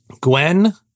gwen